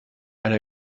eine